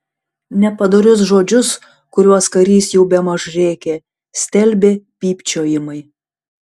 nepadorius žodžius kuriuos karys jau bemaž rėkė stelbė pypčiojimai